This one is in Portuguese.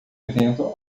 evento